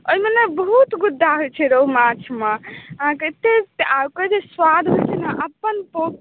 एहिमे ने बहुत गुद्दा होइ छै रोहु माछमे अहाँके अतेक ओकर जे सुआद होइ छै ने अपन पो